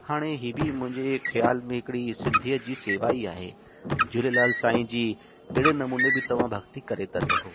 हाणे हीअ बि मुंहिंजे ख़्याल में हिकिड़ी सिंधियत जी सेवा ई आहे झूलेलाल साईं जी हेड़े नमूने बि तव्हां भक्ती करे था सघो